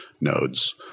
nodes